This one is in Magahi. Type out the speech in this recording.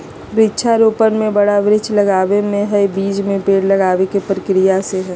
वृक्षा रोपण में बड़ा वृक्ष के लगावे के हई, बीज से पेड़ लगावे के प्रक्रिया से हई